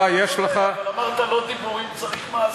אבל אמרת: לא דיבורים, צריך מעשים.